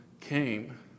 came